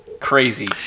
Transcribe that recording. crazy